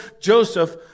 Joseph